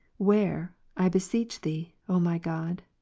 where, i beseech thee, o my god,